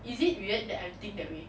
is it weird that I think that way